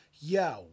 Yo